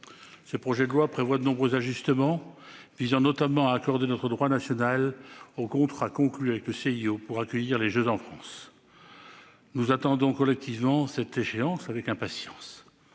Ce projet de loi procède à de nombreux ajustements visant notamment à accorder notre droit national au contrat conclu avec le CIO pour accueillir les Jeux en France. Nous attendons collectivement cette échéance avec impatience.